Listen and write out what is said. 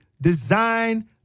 design